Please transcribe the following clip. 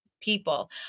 people